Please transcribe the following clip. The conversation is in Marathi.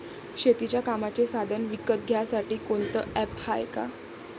शेतीच्या कामाचे साधनं विकत घ्यासाठी कोनतं ॲप हाये का?